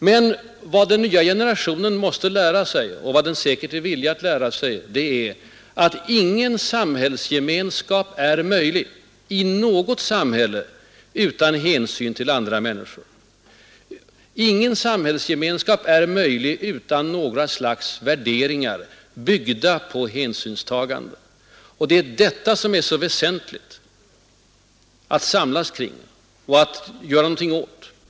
Men vad den nya generationen måste lära sig, och vad den säkert är villig att lära sig, är att ingen samhällsgemenskap är möjlig i något samhälle utan hänsyn till andra människor. Ingen samhällsgemenskap är möjlig utan några slags värderingar, byggda på hänsynstagande. Det är detta som är så väsentligt att samlas kring och att göra någonting åt.